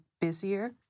busier